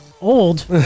Old